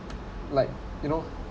like you know